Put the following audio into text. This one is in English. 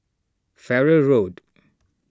Farrer Road